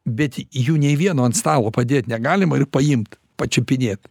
bet jų nei vieno ant stalo padėt negalima ir paimt pačiupinėt